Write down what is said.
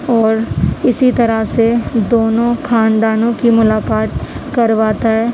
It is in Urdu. اور اسی طرح سے دونوں خاندانوں کی ملاقات کرواتا ہے